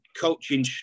coaching